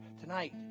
tonight